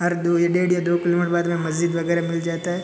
हर दो या डेढ़ या दो किलोमीटर बाद में मस्जिद वग़ैरह मिल जाता है